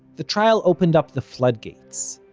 the trial opened up the flood-gates,